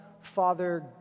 Father